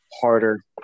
harder